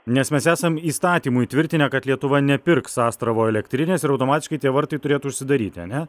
nes mes esam įstatymu įtvirtinę kad lietuva nepirks astravo elektrinės ir automatiškai tie vartai turėtų užsidaryti ane